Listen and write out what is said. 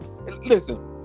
Listen